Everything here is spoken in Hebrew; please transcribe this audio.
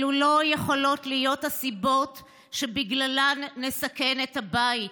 אלו לא יכולות להיות הסיבות שבגללן נסכן את הבית.